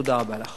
תודה רבה לך.